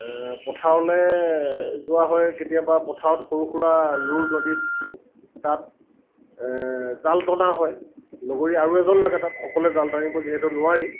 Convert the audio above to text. পথাৰলৈ যোৱা হয় কেতিয়াবা পথাৰত সৰু সুৰা লুৰ নদীত তাত জাল টনা হয় লগৰীয়া আৰু এজন লাগে তাত অকলে জাল টানিব যিহেতু নোৱাৰি